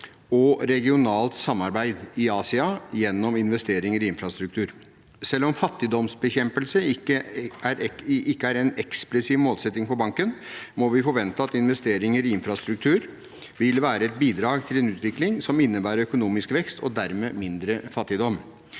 og regionalt samarbeid i Asia gjennom investeringer i infrastruktur. Selv om fattigdomsbekjempelse ikke er en eksplisitt målsetting for banken, må vi forvente at investeringer i infrastruktur vil være et bidrag til en utvikling som innebærer økonomisk vekst og dermed mindre fattigdom.